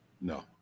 No